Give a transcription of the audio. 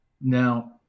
Now